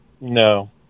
No